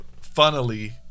funnily